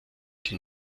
die